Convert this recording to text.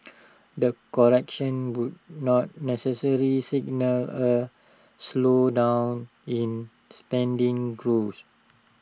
the correction would not necessarily signal A slowdown in spending growth